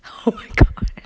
oh god